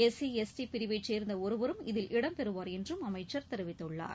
S C S T பிரிவை சேர்ந்த ஒருவரும் இதில் இடம்பெறுவார் என்றும் அமைச்சர் தெரிவித்துள்ளார்